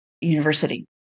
university